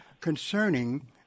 concerning